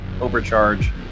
overcharge